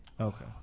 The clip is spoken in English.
okay